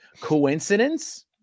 coincidence